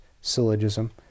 syllogism